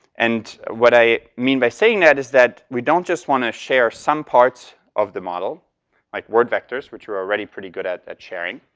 and what i mean by saying that, is that we don't just wanna share some parts of the model like word vectors, which we're already pretty good at at sharing.